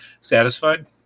Satisfied